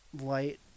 light